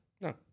No